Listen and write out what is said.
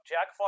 Jack